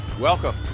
Welcome